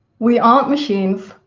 we aren't machines,